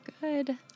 Good